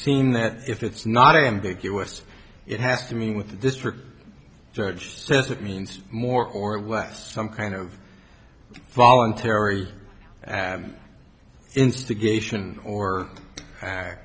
seem that if it's not a ambiguous it has to mean with the district judge says that means more or less some kind of voluntary and instigation or